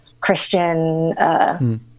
Christian